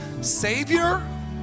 Savior